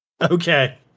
Okay